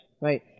right